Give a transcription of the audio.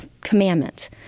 commandments